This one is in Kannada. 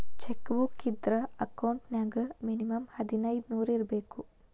ಚೆಕ್ ಬುಕ್ ಇದ್ರ ಅಕೌಂಟ್ ನ್ಯಾಗ ಮಿನಿಮಂ ಹದಿನೈದ್ ನೂರ್ ಇರ್ಬೇಕು